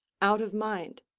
out of mind.